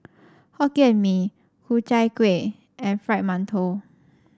hokkien and mee Ku Chai Kueh and Fried Mantou